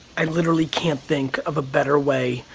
i literally can't think of a better way,